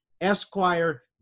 Esquire